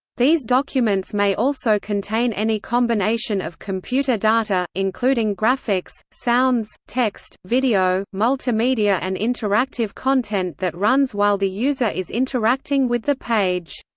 these documents may also contain any combination of computer data, including graphics, sounds, text, video, multimedia and interactive content that runs while the user is interacting with the page.